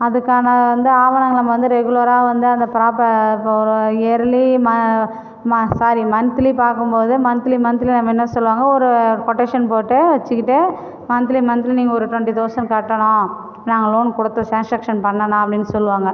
அதுக்காக வந்து ஆதாரங்களை நம்ம வந்து ரெகுலராக வந்து அந்த ப்ராப்பராக இப்போ ஒரு இயர்லி ம ம சாலரி மன்த்லி பார்க்கம் போது மன்த்லி மன்த்லி நம்ம என்ன சொல்லுவாங்கள் ஒரு கொட்டேஷன் போட்டு வச்சுக்கிட்டு மன்த்லி மன்த்லி நீங்கள் ஒரு டுவெண்ட்டி தௌசண்ட் கட்டணும் நாங்கள் லோன் கொடுத்து ட்ரான்ஸாக்ஷன் பண்ணணும் அப்படின்னு சொல்லுவாங்கள்